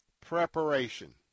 preparation